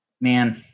man